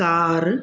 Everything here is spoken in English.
car